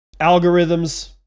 Algorithms